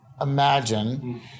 imagine